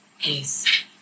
Yes